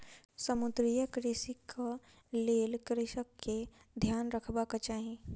समुद्रीय कृषिक लेल कृषक के ध्यान रखबाक चाही